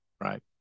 right